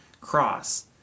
cross